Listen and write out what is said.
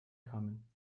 kamen